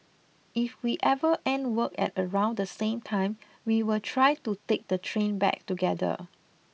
if we ever end work at around the same time we will try to take the train back together